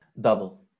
Double